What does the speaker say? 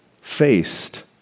faced